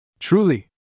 Truly